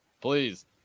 Please